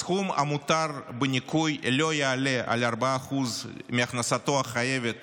הסכום המותר בניכוי לא יעלה על 4% מהכנסתו החייבת